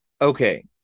Okay